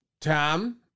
Tom